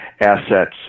assets